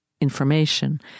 information